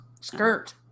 skirt